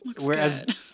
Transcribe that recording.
Whereas